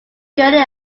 gurney